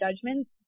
judgments